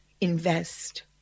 invest